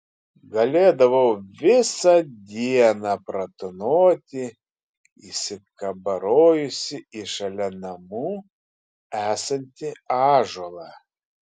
galėdavau visą dieną pratūnoti įsikabarojusi į šalia namų esantį ąžuolą